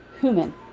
human